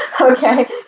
Okay